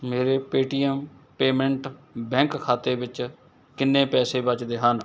ਮੇਰੇ Paytm payment bank ਖਾਤੇ ਵਿੱਚ ਕਿੰਨੇ ਪੈਸੇ ਬਚਦੇ ਹਨ